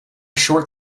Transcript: short